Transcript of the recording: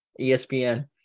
ESPN